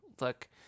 look